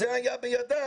זה היה בידיו.